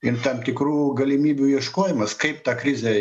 ir tam tikrų galimybių ieškojimas kaip tą krizę